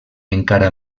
encara